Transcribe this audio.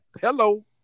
Hello